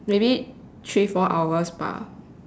maybe three four hours 吧：ba